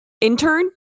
intern